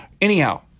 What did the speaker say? Anyhow